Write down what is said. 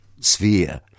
sphere